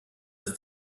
ist